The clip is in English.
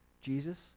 Jesus